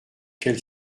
quelle